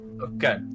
Okay